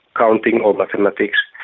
counting or mathematics.